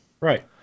Right